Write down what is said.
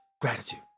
gratitude